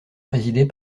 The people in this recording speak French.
présidée